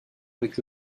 avec